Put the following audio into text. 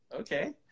Okay